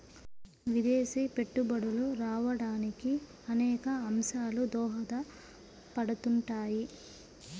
విదేశీ పెట్టుబడులు రావడానికి అనేక అంశాలు దోహదపడుతుంటాయి